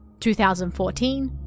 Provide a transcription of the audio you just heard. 2014